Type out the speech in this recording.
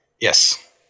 yes